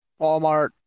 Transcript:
Walmart